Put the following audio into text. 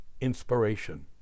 inspiration